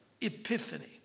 epiphany